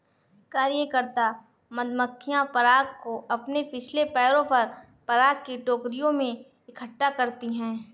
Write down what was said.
कार्यकर्ता मधुमक्खियां पराग को अपने पिछले पैरों पर पराग की टोकरियों में इकट्ठा करती हैं